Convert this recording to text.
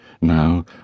Now